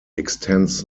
extends